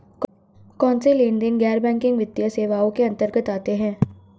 कौनसे लेनदेन गैर बैंकिंग वित्तीय सेवाओं के अंतर्गत आते हैं?